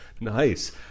Nice